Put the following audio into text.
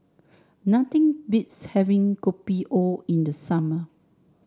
nothing beats having Kopi O in the summer